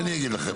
אני אגיד לכם,